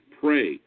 Pray